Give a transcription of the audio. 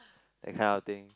that kind of thing